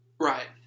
Right